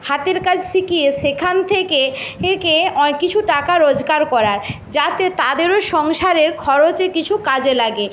হাতের কাজ শিখিয়ে সেখান থেকে একে অ কিছু টাকা রোজগার করার যাতে তাদেরও সংসারের খরচে কিছু কাজে লাগে